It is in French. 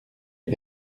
est